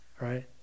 Right